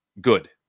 good